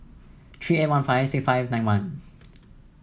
three eight one five six five nine one